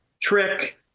trick